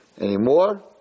anymore